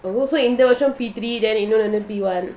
oh so இந்தவருஷம்:indha varusam P three then இன்னும்:innum P one